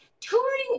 touring